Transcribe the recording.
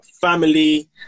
family